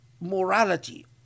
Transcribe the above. morality